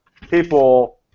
people